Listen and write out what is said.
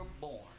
born